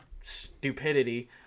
stupidity